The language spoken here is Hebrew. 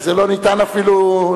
זה לא ניתן אפילו,